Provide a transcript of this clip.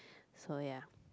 so ya